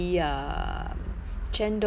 chendol or